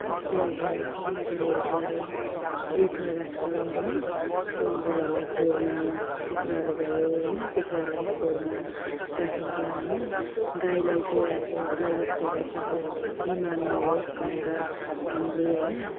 जस्तै अब गाईहरूलाई गोठमा राख्छ होइन सुँगुरहरूलाई खोरमा कुखुराहरू भयो होइन कुखुराहरूलाई पनि खोरमा राखिन्छ होइन गाईलाई चाहिँ अब गाई बस्तुहरूलाई चाहिँ अब बिमार नहोस् भनेर हामीले होइन